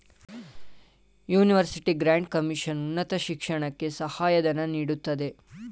university grant commission ಉನ್ನತ ಶಿಕ್ಷಣಕ್ಕೆ ಸಹಾಯ ಧನ ನೀಡುತ್ತದೆ